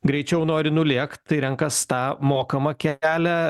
greičiau nori nulėkt tai renkas tą mokamą kelią